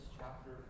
chapter